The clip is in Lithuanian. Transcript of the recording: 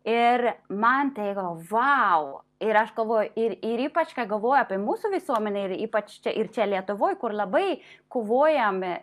ir man tai yra vau ir aš kovoju ir ir ypač ką galvoju apie mūsų visuomenę ypač ir čia lietuvoj kur labai kovojam